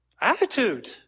attitude